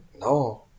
No